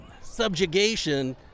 Subjugation